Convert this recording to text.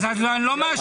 אז לא מאשרים.